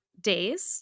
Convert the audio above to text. days